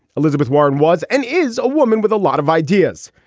elizabeth warren was and is a woman with a lot of ideas.